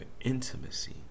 intimacy